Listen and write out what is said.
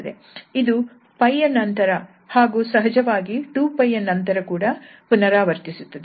ಇದು 𝜋 ಯ ನಂತರ ಹಾಗೂ ಸಹಜವಾಗಿ 2𝜋 ಯ ನಂತರ ಕೂಡ ಪುನರಾವರ್ತಿಸುತ್ತದೆ